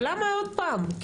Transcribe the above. אבל למה עוד פעם.